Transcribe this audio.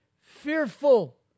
Fearful